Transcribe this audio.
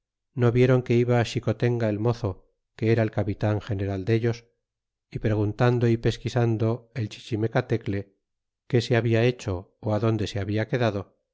no vieron que iba xicotenga el mozo que era el capitan general dellos y preguntando y pesquisando el chichimecatecle que se habla hecho co adonde se habla quedado